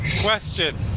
question